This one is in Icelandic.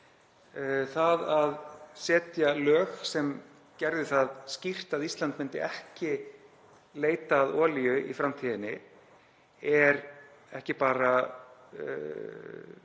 Það að setja lög sem gerðu það skýrt að Ísland myndi ekki leita að olíu í framtíðinni væri ekki bara gott